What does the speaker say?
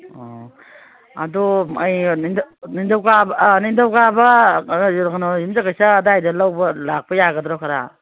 ꯑꯣ ꯑꯗꯣ ꯑꯩ ꯅꯤꯡꯊꯧꯀꯥꯕ ꯌꯨꯝꯁꯀꯩꯁꯥ ꯑꯗꯥꯏꯗ ꯂꯧꯕ ꯂꯥꯛꯄ ꯌꯥꯒꯗ꯭ꯔꯣ ꯈꯔ